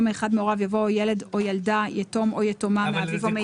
מאחד מהוריו" יבוא "או ילד או ילדה יתום או יתומה מאביו או מאמו".